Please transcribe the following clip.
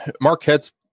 Marquette's